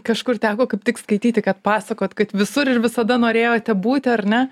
kažkur teko kaip tik skaityti kad pasakot kad visur ir visada norėjote būti ar ne